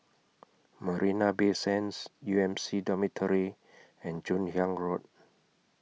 Marina Bay Sands U M C Dormitory and Joon Hiang Road